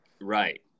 Right